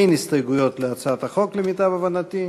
אין הסתייגויות להצעת החוק, למיטב הבנתי.